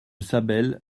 sabel